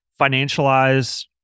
financialize